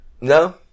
No